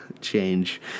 change